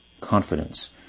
confidence